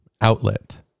outlet